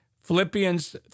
Philippians